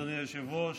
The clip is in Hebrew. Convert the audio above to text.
לבני 67 פלוס